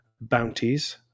bounties